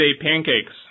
pancakes